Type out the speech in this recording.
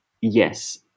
yes